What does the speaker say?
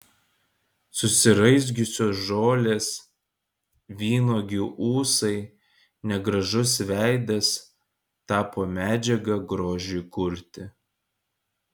susiraizgiusios žolės vynuogių ūsai negražus veidas tapo medžiaga grožiui kurti